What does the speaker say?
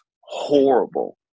horrible